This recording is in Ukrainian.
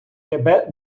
тебе